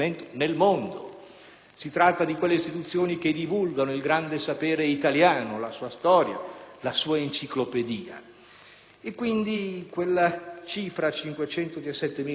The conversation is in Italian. Si tratta di quelle istituzioni che divulgano il grande sapere italiano, la sua storia, la sua enciclopedia; quindi, la cifra ricordata di 517.000 euro non so